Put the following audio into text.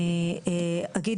אני אדבר